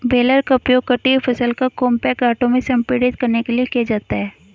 baler का उपयोग कटी हुई फसल को कॉम्पैक्ट गांठों में संपीड़ित करने के लिए किया जाता है